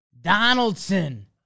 Donaldson